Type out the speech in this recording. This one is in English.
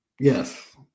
Yes